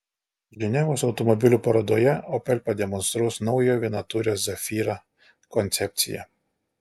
ženevos automobilių parodoje opel pademonstruos naujojo vienatūrio zafira koncepciją